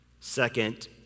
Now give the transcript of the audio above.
Second